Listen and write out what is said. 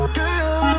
girl